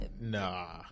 Nah